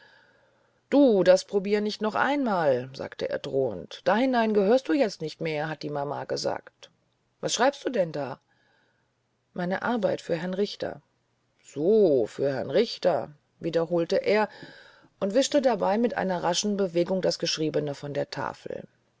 du das probiere nicht noch einmal sagte er drohend da hinein gehörst du jetzt nicht mehr hat die mama gesagt was schreibst du denn da meine arbeit für herrn richter so für herrn richter wiederholte er und wischte dabei mit einer raschen bewegung das geschriebene von der tafel